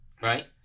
Right